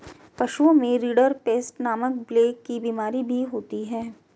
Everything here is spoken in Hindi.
पशुओं में रिंडरपेस्ट नामक प्लेग की बिमारी भी होती है